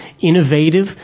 innovative